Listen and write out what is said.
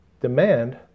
demand